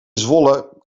zwolle